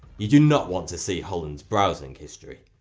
you do not want to see holland's browsing history.